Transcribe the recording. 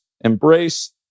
embrace